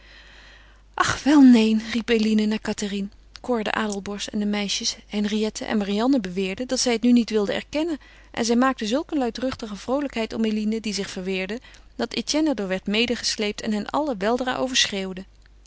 ach wel neen riep eline maar cathérine cor de adelborst en de meisjes henriette en marianne beweerden dat zij het nu niet wilde erkennen en zij maakten zulk een luidruchtige vroolijkheid om eline die zich verweerde dat etienne er door werd medegesleept en hen allen weldra overschreeuwde